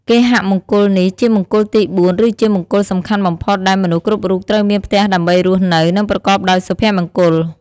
គេហមង្គលនេះ ជាមង្គលទី៤ ឬជាមង្គលសំខាន់បំផុតដែលមនុស្សគ្រប់រូបត្រូវមានផ្ទះដើម្បីរស់នៅ និងប្រកបដោយសុភមង្គល។